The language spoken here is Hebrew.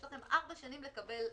יש לכם ארבע שנים לקבל החלטה.